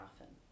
often